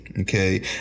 Okay